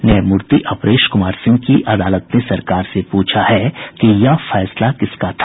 न्यायमूर्ति अपरेश कुमार सिंह की अदालत ने सरकार से पूछा है कि यह फैसला किसका था